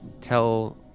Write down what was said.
tell